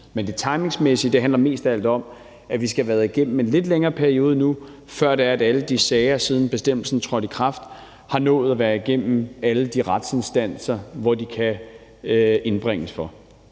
Men det timingsmæssige handler mest af alt om, at vi nu skal have været igennem en lidt længere periode, før alle de sager, der findes, siden bestemmelsen trådte i kraft, har nået at være igennem alle de retsinstanser, som de kan indbringes for.